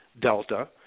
Delta